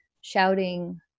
shouting